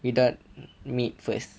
without meat first